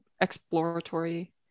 Exploratory